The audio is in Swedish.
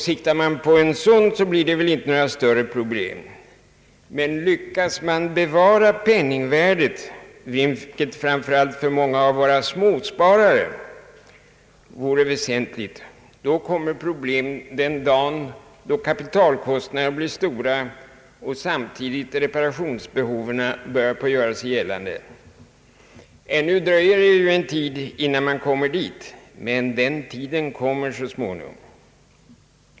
Siktar man på en sådan, blir det väl inte några större problem, men lyckas man bevara penningvärdet — vilket framför allt för många av våra småsparare skulle vara av väsentligt värde — kommer problemet den dag då kapitalkostnaderna blir stora och samtidigt reparationsbehoven börjar göra sig gällande. Ännu dröjer det väl innan så blir fallet, men den tiden kommer så småningom.